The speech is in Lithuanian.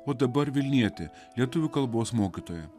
o dabar vilnietė lietuvių kalbos mokytoja